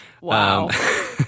wow